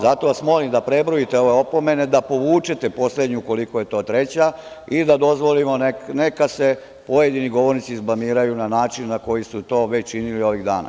Zato vas molim da prebrojite ove opomene, da povučete poslednju, ukoliko je to treća, i da dozvolimo neka se pojedini govornici izblamiraju na način na koji su to već činili ovih dana.